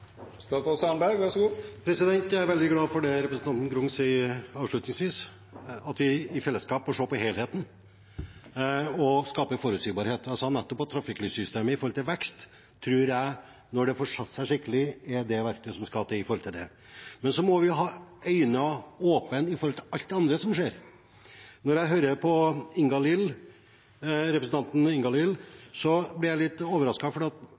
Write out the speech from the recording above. veldig glad for det som representanten Grung sa avslutningsvis, om at vi i fellesskap bør se på helheten og skape forutsigbarhet. Jeg sa nettopp at jeg tror trafikklyssystemet – når det får satt seg skikkelig – er det verktøyet som skal få til vekst. Men vi må ha øynene åpne for alt det andre som skjer. Når jeg hører på representanten Ingalill Olsen, blir jeg litt overrasket, for når det gjelder det som skjer nå framover, er det ingen som kan slå fast at